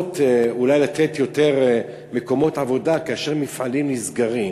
אולי לתת יותר מקומות עבודה כאשר מפעלים נסגרים.